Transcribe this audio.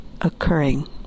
occurring